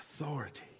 authority